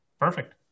Perfect